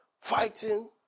fighting